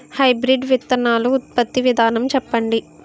Hybrid విత్తనాలు ఉత్పత్తి విధానం చెప్పండి?